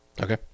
Okay